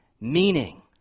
meaning